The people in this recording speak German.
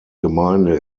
gemeinde